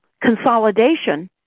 consolidation